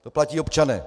To platí občané.